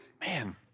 man